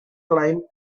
claim